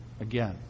again